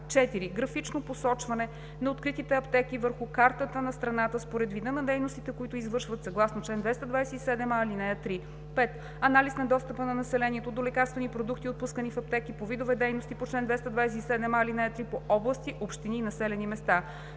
4. графично посочване на откритите аптеки върху картата на страната според вида на дейностите, които извършват съгласно чл. 227а, ал. 3; 5. анализ на достъпа на населението до лекарствени продукти, отпускани в аптеки по видове дейности по чл. 227а, ал. 3 по области, общини и населени места